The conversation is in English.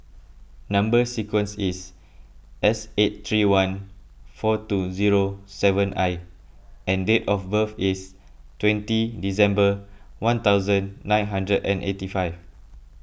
Number Sequence is S eight three one four two zero seven I and date of birth is twenty December one thousand nine hundred and eighty five